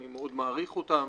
אני מאוד מעריך אותם,